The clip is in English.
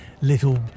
little